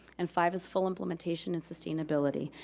and five is full implementation and sustainability.